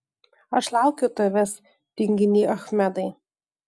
aš laukiu tavęs tinginy achmedai